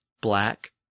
black